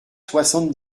soixante